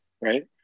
right